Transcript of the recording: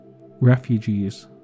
refugees